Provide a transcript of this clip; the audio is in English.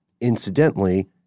incidentally